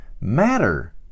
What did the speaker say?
matter